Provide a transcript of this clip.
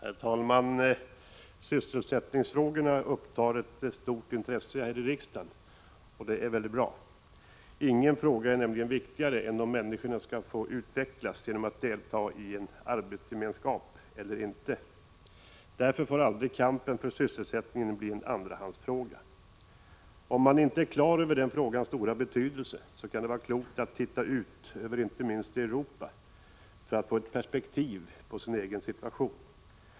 Herr talman! Sysselsättningsfrågorna upptar ett stort intresse här i riksdagen, och det är bra. Ingen fråga är viktigare än om människorna skall få utvecklas genom att delta i en arbetsgemenskap eller. Därför får aldrig kampen för sysselsättningen bli en andrahandsfråga. Om man inte är på det klara med den frågans stora betydelse är det klokt att se ut över inte minst Europa för att få perspektiv på vår egen situation.